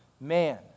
man